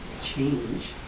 change